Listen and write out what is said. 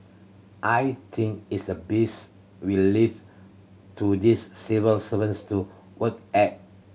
I think it's the best we leave to this civil servants to work at